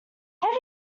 heavy